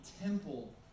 temple